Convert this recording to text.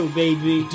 baby